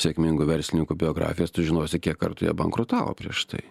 sėkmingų verslininkų biografijas tu žinosi kiek kartų jie bankrutavo prieš tai